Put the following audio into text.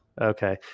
Okay